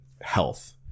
Health